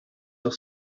doch